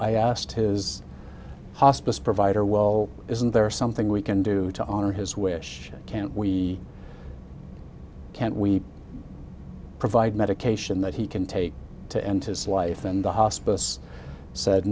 i asked his hospice provider well isn't there something we can do to honor his wish can't we we can't provide medication that he can take to end his life and the hospice said